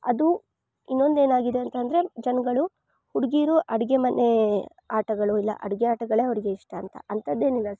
ಅದು ಇನ್ನೊಂದು ಏನಾಗಿದೆ ಅಂತ ಅಂದರೆ ಜನಗಳು ಹುಡುಗಿರು ಅಡುಗೆ ಮನೆ ಆಟಗಳು ಇಲ್ಲ ಅಡುಗೆ ಆಟಗಳು ಅವ್ರಿಗೆ ಇಷ್ಟ ಅಂತ ಅಂಥದ್ದೇನಿಲ್ಲ